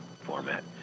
format